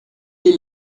est